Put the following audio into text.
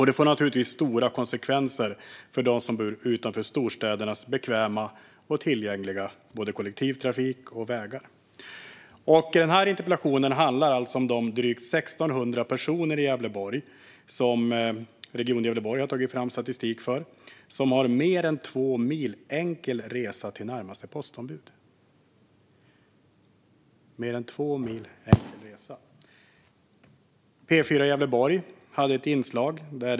Det får naturligtvis stora konsekvenser för dem som bor utanför storstädernas bekväma och tillgängliga både kollektivtrafik och vägar. Den här interpellationen handlar alltså om de drygt 1 600 personer i Gävleborg som Region Gävleborg har tagit fram statistik om och som har mer än två mil enkel resa till närmaste postombud.